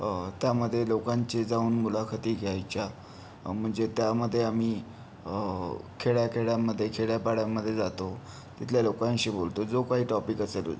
त्यामध्ये लोकांचे जाऊन मुलाखती घ्यायच्या म्हणजे त्यामध्ये आम्ही खेड्याखेड्यांमध्ये खेड्यापाड्यांमध्ये जातो तिथल्या लोकांशी बोलतो जो काही टॉपिक असेल